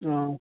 हँ